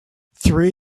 three